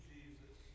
Jesus